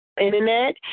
internet